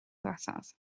ddiwethaf